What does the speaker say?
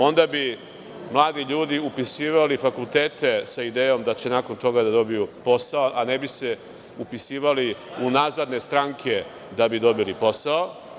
Onda bi mladi ljudi upisivali fakultete sa idejom da će nakon toga da dobiju posao, a ne bi se upisivali u nazadne stranke da bi dobili posao.